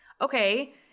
Okay